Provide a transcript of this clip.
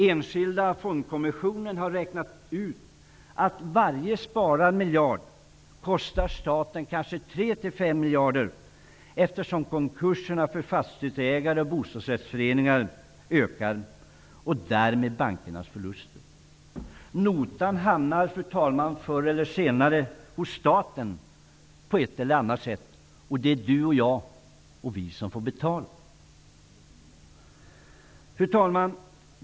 Enskilda fondkommissionen har räknat ut att varje sparad miljard kostar staten 3--5 miljarder, eftersom konkurserna för fastighetsägare och bostadsrättsföreningar ökar och därmed bankernas förluster. Notan hamnar förr eller senare hos staten på ett eller annat sätt, och det är vi som får betala. Fru talman!